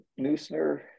Neusner